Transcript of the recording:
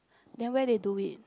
then where they do it